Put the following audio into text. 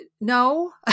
no